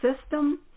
system